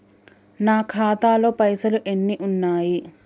నా ఖాతాలో పైసలు ఎన్ని ఉన్నాయి?